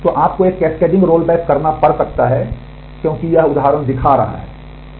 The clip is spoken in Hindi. तो आपको एक कैस्केडिंग रोलबैक करना पड़ सकता है क्योंकि यह उदाहरण दिखा रहा है